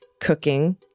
cooking